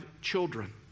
children